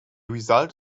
result